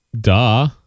duh